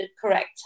correct